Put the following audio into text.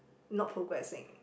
not progressing